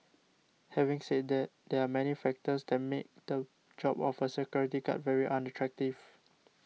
having said that there are many factors that make the job of a security guard very unattractive